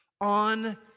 on